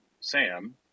Sam